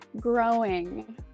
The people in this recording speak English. growing